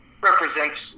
represents